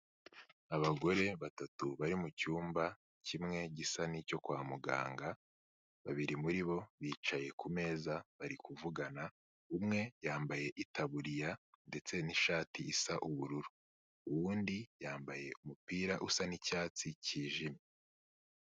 Abagore batatu bari mu cyumba kimwe gisa n'icyo kwa muganga, babiri muri bo bicaye ku meza bari kuvugana, umwe yambaye itaburiya ndetse n'ishati isa ubururu, uwundi yambaye umupira usa n'icyatsi cyijimye.